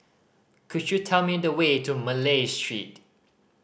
could you tell me the way to Malay Street